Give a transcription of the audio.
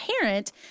parent